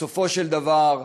בסופו של דבר,